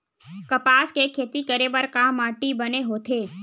कपास के खेती करे बर का माटी बने होथे?